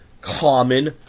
common